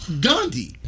Gandhi